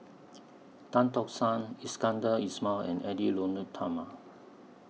Tan Tock San Iskandar Ismail and Edwy Lyonet Talma